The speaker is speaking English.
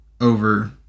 over